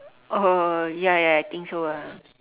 oh ya ya I think so ah